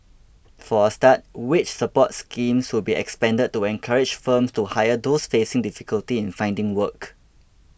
for a start wage support schemes will be expanded to encourage firms to hire those facing difficulty in finding work